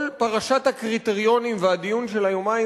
כל פרשת הקריטריונים והדיון של היומיים